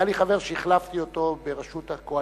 היה לי חבר שהחלפתי אותו בראשות הקואליציה,